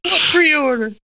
Pre-order